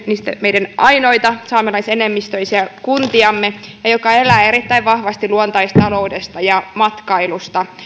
meidän ainoita saamelaisenemmistöisiä kuntiamme ja joka elää erittäin vahvasti luontaistaloudesta ja matkailusta